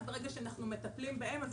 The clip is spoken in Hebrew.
ברגע שאנחנו מטפלים בהן,